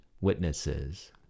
witnesses